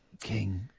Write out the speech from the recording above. king